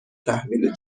تحویل